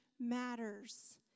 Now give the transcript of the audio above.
matters